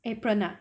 apron ah